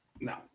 no